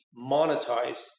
monetized